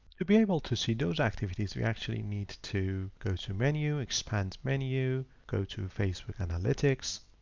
to be able to see those activities, we actually need to go to menu, expand menu, go to facebook analytics,